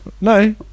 no